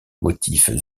motifs